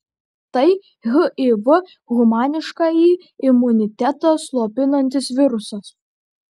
tai hiv humaniškąjį imunitetą slopinantis virusas